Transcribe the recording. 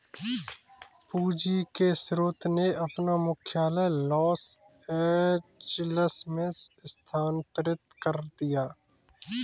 पूंजी के स्रोत ने अपना मुख्यालय लॉस एंजिल्स में स्थानांतरित कर दिया